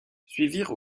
suivirent